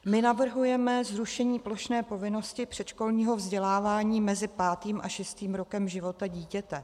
My navrhujeme zrušení plošné povinnosti předškolního vzdělávání mezi pátým a šestým rokem života dítěte.